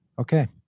Okay